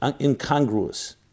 incongruous